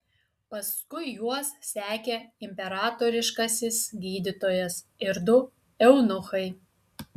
paskui juos sekė imperatoriškasis gydytojas ir du eunuchai